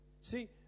See